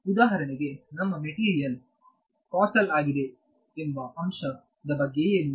ಉದಾಹರಣೆಗೆ ನಮ್ಮ ಮೆಟೀರಿಯಲ್ ಕಾಸೆಲ್ ಆಗಿದೆ ಎಂಬ ಅಂಶದ ಬಗ್ಗೆ ಏನು